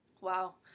wow